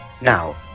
now